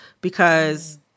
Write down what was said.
because-